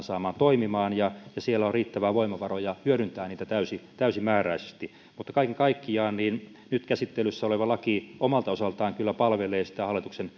saamaan toimimaan ja siellä on riittäviä voimavaroja hyödyntää niitä täysimääräisesti kaiken kaikkiaan nyt käsittelyssä oleva laki omalta osaltaan kyllä palvelee sitä hallituksen